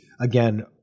again